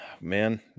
Man